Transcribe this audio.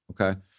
Okay